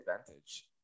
advantage